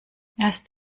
erst